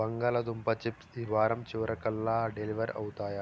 బంగాళదుంప చిప్స్ ఈ వారం చివరికల్లా డెలివర్ అవుతాయా